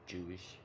Jewish